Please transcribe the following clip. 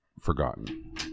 forgotten